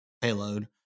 payload